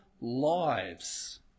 lives